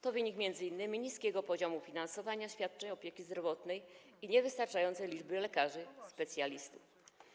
To wynik m.in. niskiego poziomu finansowania świadczeń opieki zdrowotnej i niewystarczającej liczby lekarzy specjalistów.